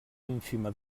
ínfima